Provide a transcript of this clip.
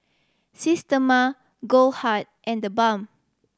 Systema Goldheart and TheBalm